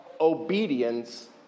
Obedience